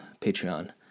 Patreon